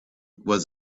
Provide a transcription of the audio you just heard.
was